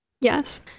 Yes